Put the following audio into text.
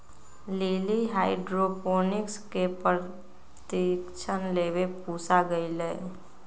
lily hydroponics के प्रशिक्षण लेवे पूसा गईलय